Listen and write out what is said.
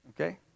Okay